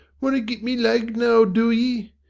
want to git me lagged now, do ye?